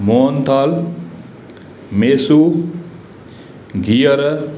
मोहन थाल मेसू गिहर